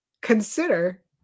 consider